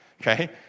Okay